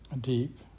deep